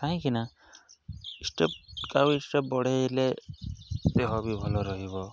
କାହିଁକି ନା ଷ୍ଟେପ୍ ଆଉ ଷ୍ଟେପ୍ ବଢ଼େଇଲେ ଦେହ ବି ଭଲ ରହିବ